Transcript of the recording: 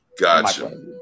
Gotcha